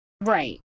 Right